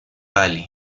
valley